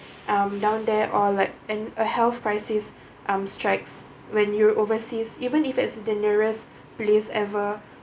um down there or like and a health crisis um strikes when you're overseas even if it's like the nearest place ever